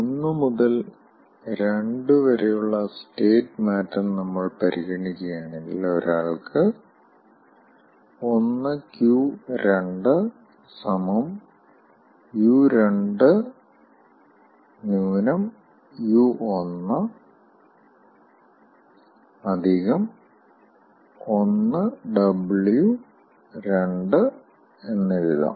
1 മുതൽ 2 വരെയുള്ള സ്റ്റേറ്റ് മാറ്റം നമ്മൾ പരിഗണിക്കുകയാണെങ്കിൽ ഒരാൾക്ക് 1Q2 1W2 എഴുതാം